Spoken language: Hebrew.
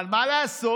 אבל מה לעשות,